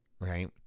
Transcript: right